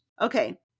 Okay